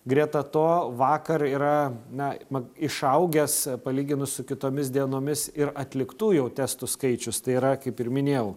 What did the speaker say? greta to vakar yra na mat išaugęs palyginus su kitomis dienomis ir atliktųjų testų skaičius tai yra kaip ir minėjau